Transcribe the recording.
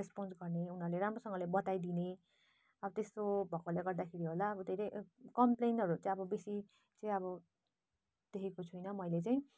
response गर्ने उनीहरूले राम्रोसँगले बताइदिने अब त्यस्तो भएकोले गर्दाखेरि होला धेरै कम्प्लेनहरू चाहिँ अब बेसी चाहिँ अब देखेको छुइनँ मैले चाहिँ